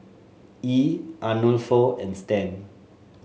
Yee Arnulfo and Stan